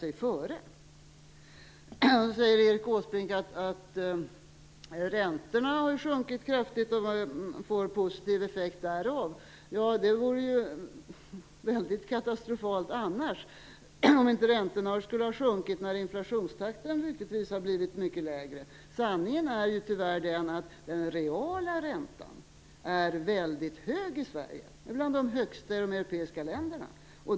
Erik Åsbrink säger vidare att räntorna har sjunkit kraftigt och att det ger en positiv effekt. Ja, det vore väl katastrofalt annars, om inte räntorna skulle ha sjunkit när inflationstakten lyckligtvis har blivit mycket lägre. Sanningen är tyvärr att den reala räntan är väldigt hög i Sverige, bland de högsta i Europa.